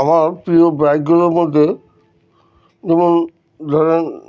আমার প্রিয় বাইকগুলোর মধ্যে যেমন ধরেন